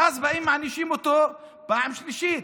ואז מענישים אותו פעם שלישית: